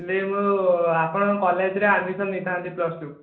actually ମୁଁ ଆପଣଙ୍କ କଲେଜ୍ରେ ଆଡ଼୍ମିସନ୍ ନେଇଥାନ୍ତି ପ୍ଲସ୍ ଟୁ